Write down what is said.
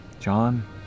John